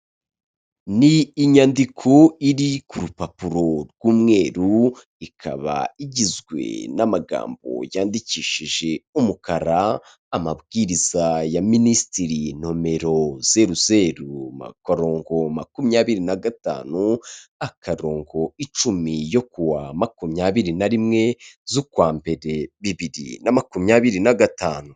Ni inyandiko iri ku rupapuro rw'umweru ikaba igizwe n'amagambo yandikishije umukara, amabwiriza ya minisitiri nomero zeru zeru akorongo makumyabiri na gatanu, akarongo icumi yo kuwa makumyabiri nari rimwe z'ukwa mbere, bibiri na makumyabiri na gatanu.